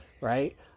right